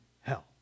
hell